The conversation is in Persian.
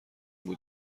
بود